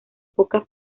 pocas